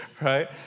Right